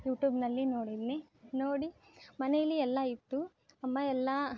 ಯುಟೂಬ್ನಲ್ಲಿ ನೋಡಿದ್ನಿ ನೋಡಿ ಮನೇಲಿ ಎಲ್ಲ ಇತ್ತು ಅಮ್ಮ ಎಲ್ಲ